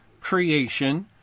creation